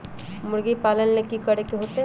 मुर्गी पालन ले कि करे के होतै?